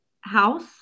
house